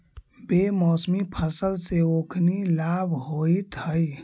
बेमौसमी फसल से ओखनी लाभ होइत हइ